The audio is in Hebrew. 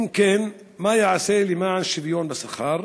2. אם כן, מה ייעשה למען שוויון בשכר?